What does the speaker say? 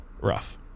rough